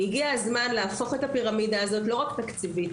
הגיע הזמן להפוך את הפירמידה הזאת לא רק תקציבית,